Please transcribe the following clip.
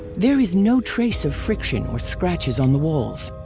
there is no trace of friction or scratches on the walls.